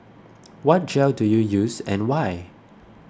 what gel do you use and why